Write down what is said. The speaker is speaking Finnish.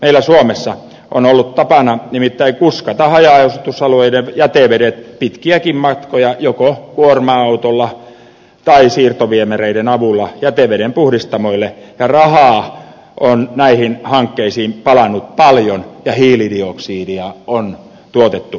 meillä suomessa on ollut tapana nimittäin kuskata haja asutusalueiden jätevedet pitkiäkin matkoja joko kuorma autolla tai siirtoviemäreiden avulla jätevedenpuhdistamoille ja rahaa on näihin hankkeisiin palanut paljon ja hiilidioksidia on tuotettu ilmakehään